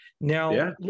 Now